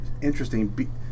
interesting